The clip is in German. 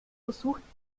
versuchten